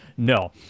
No